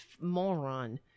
moron